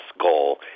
goal